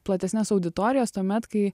platesnes auditorijas tuomet kai